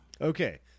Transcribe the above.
okay